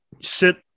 sit